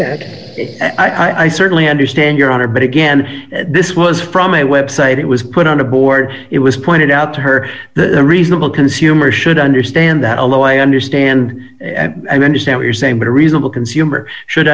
say i certainly understand your honor but again this was from a website it was put on a board it was pointed out to her the reasonable consumer should understand that although i understand and understand why you're saying what a reasonable consumer should